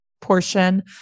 portion